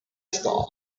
star